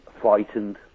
frightened